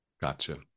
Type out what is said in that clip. Gotcha